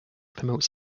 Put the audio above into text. promotes